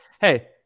Hey